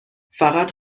فقط